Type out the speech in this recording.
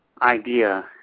idea